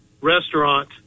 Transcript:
restaurant